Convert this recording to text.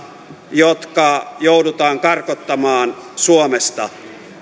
jotka joudutaan karkottamaan suomesta